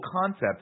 concept